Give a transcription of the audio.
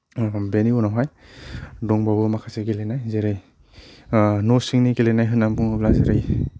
बेनि उनावहाय दंबावो माखासे गेलेनाय जेरै न' सिंनि गेलेनाय होन्नानै बुङोब्ला जेरै